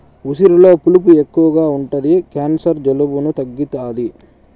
ఉసిరిలో పులుపు ఎక్కువ ఉంటది క్యాన్సర్, జలుబులను తగ్గుతాది